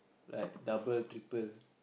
like double triple